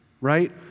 right